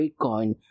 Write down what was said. bitcoin